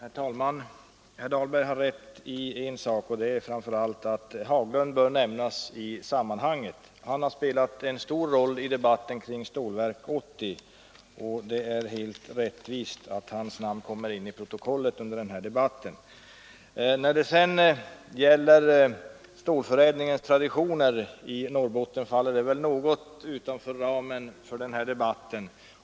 Herr talman! Herr Dahlberg har rätt i en sak, och det är att bruksdisponent Haglund bör nämnas i sammanhanget. Han har spelat en stor roll i debatten kring Stålverk 80. Det är helt rättvist att hans namn kommer in i protokollet från denna debatt. När det sedan gäller stålförädlingens traditioner i Norrbotten så faller väl det resonemanget i någon mån utanför ramen för denna debatt.